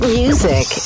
music